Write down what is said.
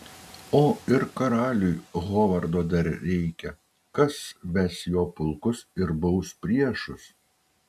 o ir karaliui hovardo dar reikia kas ves jo pulkus ir baus priešus